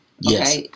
Yes